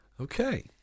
Okay